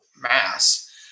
mass